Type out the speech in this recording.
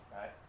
right